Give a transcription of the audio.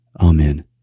Amen